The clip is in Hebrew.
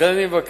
לכן אני מבקש